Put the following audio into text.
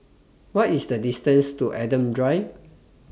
What IS The distance to Adam Drive